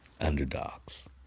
Underdogs